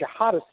jihadists